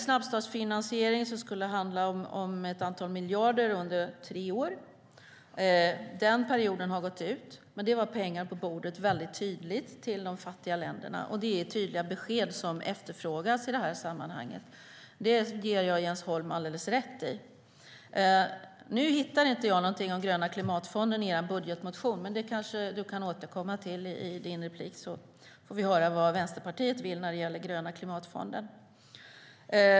Snabbstartsfinansieringen skulle handla om ett antal miljarder under tre år. Den perioden har gått ut. Det var dock tydliga pengar på bordet till de fattiga länderna, och det är tydliga besked som efterfrågas i detta sammanhang. Det ger jag Jens Holm alldeles rätt i. Jag hittar inget om den gröna klimatfonden i er budgetmotion, men det kan Jens Holm kanske återkomma till i sitt nästa inlägg så vi får höra vad Vänsterpartiet vill när det gäller denna fond.